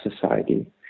society